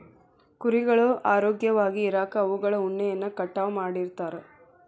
ಕುರಿಗಳು ಆರೋಗ್ಯವಾಗಿ ಇರಾಕ ಅವುಗಳ ಉಣ್ಣೆಯನ್ನ ಕಟಾವ್ ಮಾಡ್ತಿರ್ತಾರ